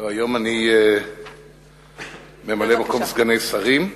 היום אני ממלא-מקום סגני שרים.